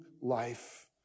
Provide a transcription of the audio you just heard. life